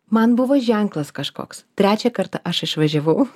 man buvo ženklas kažkoks trečią kartą aš išvažiavau